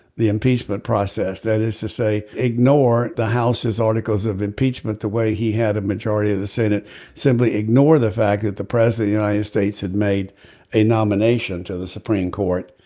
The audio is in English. the impeachment process that is to say ignore the house is articles of impeachment the way he had a majority of the senate simply ignore the fact that the press the united states had made a nomination to the supreme court.